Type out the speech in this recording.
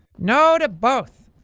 no! to both!